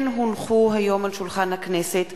כן הונחו היום על שולחן הכנסת